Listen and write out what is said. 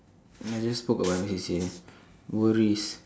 I just spoke about my C_C_A worries